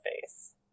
face